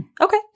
Okay